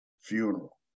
funeral